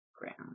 ground